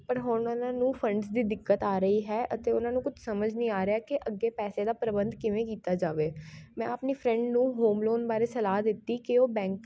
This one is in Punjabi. ਪਰ ਹੁਣ ਉਹਨਾਂ ਉਹਨਾਂ ਨੂੰ ਫੰਡਸ ਦੀ ਦਿੱਕਤ ਆ ਰਹੀ ਹੈ ਅਤੇ ਉਹਨਾਂ ਨੂੰ ਕੁਝ ਸਮਝ ਨਹੀਂ ਆ ਰਿਹਾ ਕਿ ਅੱਗੇ ਪੈਸੇ ਦਾ ਪ੍ਰਬੰਧ ਕਿਵੇਂ ਕੀਤਾ ਜਾਵੇ ਮੈਂ ਆਪਣੀ ਫਰੈਂਡ ਨੂੰ ਹੋਮ ਲੋਨ ਬਾਰੇ ਸਲਾਹ ਦਿੱਤੀ ਕਿ ਉਹ ਬੈਂਕ